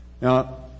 Now